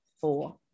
four